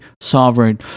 sovereign